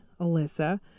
Alyssa